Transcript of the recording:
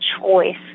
choice